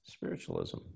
Spiritualism